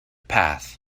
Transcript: path